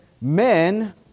men